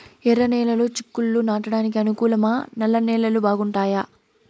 ఎర్రనేలలు చిక్కుళ్లు నాటడానికి అనుకూలమా నల్ల నేలలు బాగుంటాయా